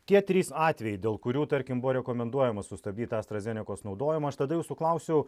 tie trys atvejai dėl kurių tarkim buvo rekomenduojama sustabdyti astrą zenekos naudojimą aš tada jūsų klausiau